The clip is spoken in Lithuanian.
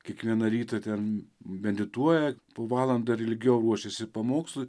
kiekvieną rytą ten medituoja po valandą ir ilgiau ruošėsi pamokslui